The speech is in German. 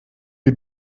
wie